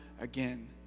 again